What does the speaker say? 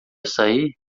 sair